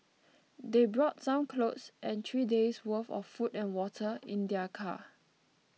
they brought some clothes and three days' worth of food and water in their car